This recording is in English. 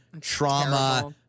trauma